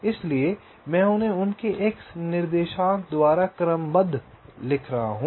इसलिए मैं उन्हें उनके x निर्देशांक द्वारा क्रमबद्ध लिख रहा हूं